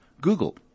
Google